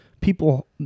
people